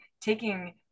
taking